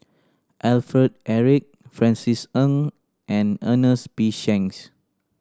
Alfred Eric Francis Ng and Ernest P Shanks